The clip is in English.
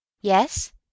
Yes